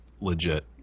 legit